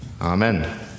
Amen